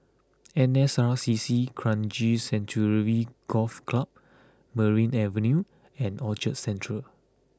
N S R C C Kranji Sanctuary Golf Club Merryn Avenue and Orchard Central